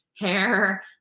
hair